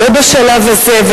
לא בשלב הזה,